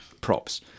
props